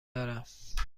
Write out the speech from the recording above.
دارم